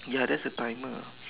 ya that's the timer